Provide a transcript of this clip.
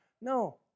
No